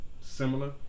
similar